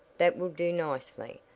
that will do nicely,